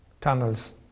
tunnels